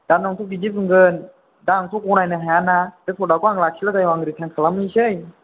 दा नोंथ' बिदि बुंगोन दा आंथ' गनायनो हाया ना बे प्रडाक्टखौ आं लाखिला जायहग आं रिटार्न खालामफिनसै